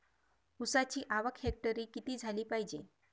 ऊसाची आवक हेक्टरी किती झाली पायजे?